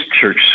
church